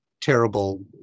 terrible